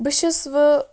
بہٕ چھَس وۄنۍ